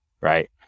right